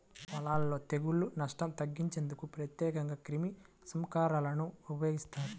పొలాలలో తెగుళ్ల నష్టం తగ్గించేందుకు ప్రత్యేకంగా క్రిమిసంహారకాలను ఉపయోగిస్తారు